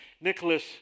Nicholas